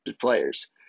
players